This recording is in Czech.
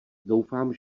doufám